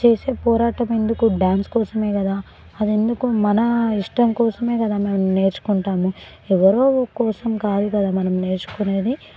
చేసే పోరాటం ఎందుకు డాన్స్ కోసమే కదా అది ఎందుకు మన ఇష్టం కోసమే కదా మరి నేర్చుకుంటాము ఎవరో కోసం కాదు కదా మనం నేర్చుకునేది